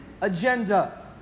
agenda